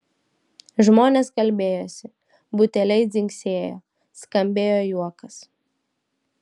žmonės kalbėjosi buteliai dzingsėjo skambėjo juokas